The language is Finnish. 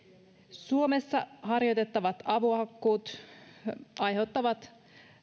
suomessa harjoitettavat avohakkuut aiheuttavat